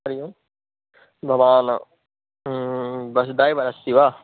हरिः ओं भवान् बस् डैवर् अस्ति वा